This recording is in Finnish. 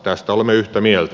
tästä olemme yhtä mieltä